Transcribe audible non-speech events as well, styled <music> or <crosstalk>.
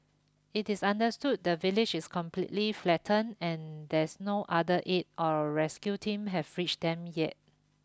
it is understood the village is completely flattened and there's no other aid or rescue team have <unintelligible> them yet